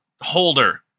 holder